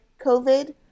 COVID